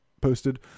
posted